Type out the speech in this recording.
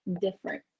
different